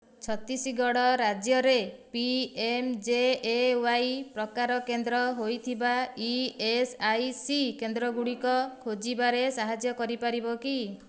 ଛତିଶଗଡ଼ ରାଜ୍ୟରେ ପିଏମ୍ଜେଏୱାଇ ପ୍ରକାର କେନ୍ଦ୍ର ହୋଇଥିବା ଇଏଏସ୍ଆଇସି କେନ୍ଦ୍ରଗୁଡ଼ିକ ଖୋଜିବାରେ ସାହାଯ୍ୟ କରିପାରିବ କି